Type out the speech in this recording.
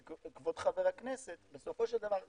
כבוד חבר הכנסת, בסופו של דבר ב-100%,